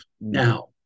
Now